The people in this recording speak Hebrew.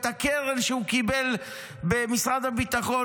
את הקרן שהוא קיבל במשרד הביטחון,